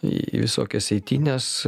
į visokias eitynes